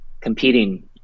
competing